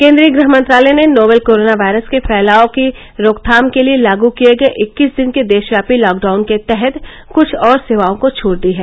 केन्द्रीय गृह मंत्रालय ने नोवल कोरोना वायरस के फैलने की रोकथाम के लिए लागु किए गए इक्कीस दिन के देशव्यापी लॉकडाउन के तहत कृष्ठ और सेवाओं को छूट दी है